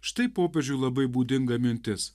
štai popiežiui labai būdinga mintis